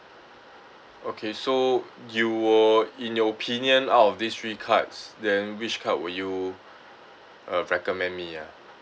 okay so you will in your opinion out of these three cards then which card will you uh recommend me ah